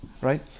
right